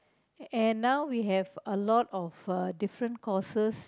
and now we have a lot of uh different courses